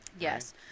Yes